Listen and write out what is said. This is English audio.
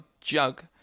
jug